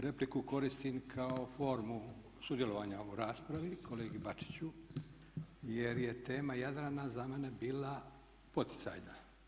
Repliku koristim kao formu sudjelovanja u raspravi kolegi Bačiću jer je tema Jadrana za mene bila poticajna.